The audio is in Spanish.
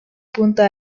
punta